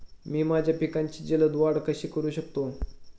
मी माझ्या पिकांची जलद वाढ कशी करू शकतो?